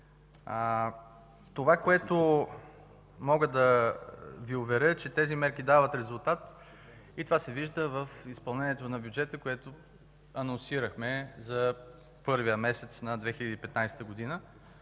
и ДДС. Мога да Ви уверя, че тези мерки дават резултат. Това се вижда в изпълнението на бюджета, което анонсирахме за първия месец на 2015 г.,